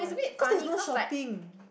cause there's no shopping